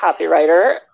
copywriter